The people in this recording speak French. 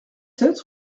sept